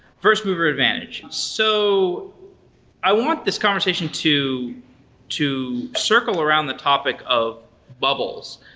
first mover advantage. so i want this conversation to to circle around the topic of bubbles,